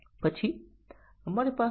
અહીં પણ પરિણામ બદલાતું નથી